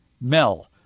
Mel